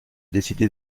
décidé